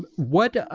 ah what um,